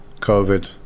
COVID